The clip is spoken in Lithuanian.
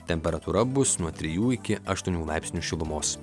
temperatūra bus nuo trijų iki aštuonių laipsnių šilumos